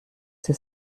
sie